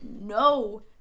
no